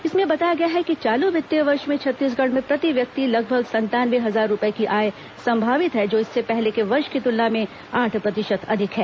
इसमें बताया गया है कि चालू वित्तीय वर्ष में छत्तीसगढ़ में प्रति व्यक्ति लगभग संतानवे हजार रूपये की आय संभावित है जो इससे पहले के वर्ष की तुलना में आठ प्रतिशत अधिक है